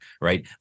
Right